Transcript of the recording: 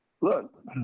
look